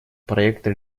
проекта